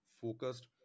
focused